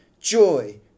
joy